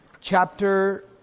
chapter